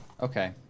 Okay